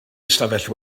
ystafell